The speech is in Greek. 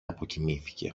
αποκοιμήθηκε